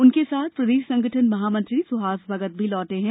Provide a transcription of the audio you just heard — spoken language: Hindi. उनके साथ प्रदेश संगठन महामंत्री सुहास भगत भी लौटे हैं